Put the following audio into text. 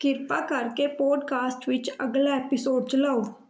ਕਿਰਪਾ ਕਰਕੇ ਪੌਡਕਾਸਟ ਵਿੱਚ ਅਗਲਾ ਐਪੀਸੋਡ ਚਲਾਓ